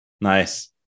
Nice